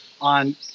on